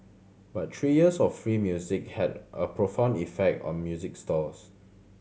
but three years of free music had a profound effect on music stores